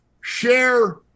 share